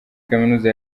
kaminuza